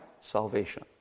salvation